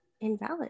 invalid